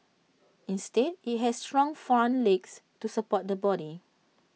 instead IT has strong front legs to support the body